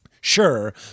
sure